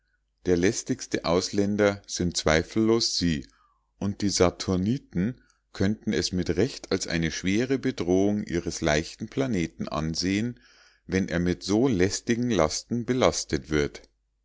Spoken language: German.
der lästigste ausländer sind zweifellos sie und die saturniten könnten es mit recht als eine schwere bedrohung ihres leichten planeten ansehen wenn er mit so lästigen lasten belastet wird